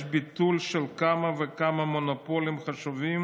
יש ביטול של כמה וכמה מונופולים חשובים